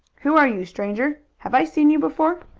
who are you, stranger? have i seen you before?